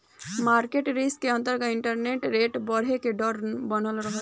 market risk के अंतरगत interest rate बरहे के डर बनल रहता